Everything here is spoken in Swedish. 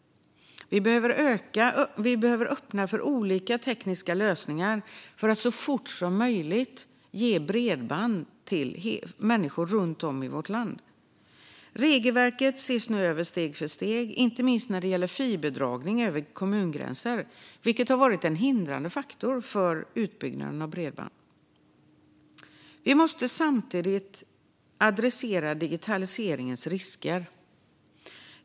Vi behöver öppna för olika tekniska lösningar för att så fort som möjligt ge bredband till människor runt om i vårt land. Regelverket ses nu över steg för steg, inte minst när det gäller fiberdragning över kommungränser, vilket har varit en hindrade faktor för utbyggnaden av bredband. Vi måste samtidigt adressera digitaliseringens risker.